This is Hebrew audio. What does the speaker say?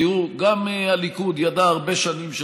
תראו, גם הליכוד ידע הרבה שנים של